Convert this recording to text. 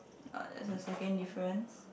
that's the second difference